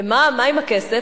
ומה עם הכסף?